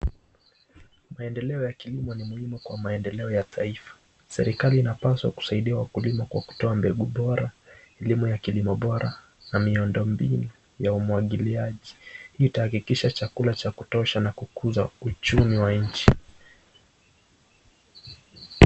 Maendeleo ya kilimo ni muhimu kwa maendeleo ya taifa. Serikali inapaswa kuwasaidia wakulima kwa kutoa mbegu bora, elimu ya kilimo bora na miundo mingi ya umwagiliaji. Hii itahakikisha chakula cha kutosha na kukuza uchumi wa nchi.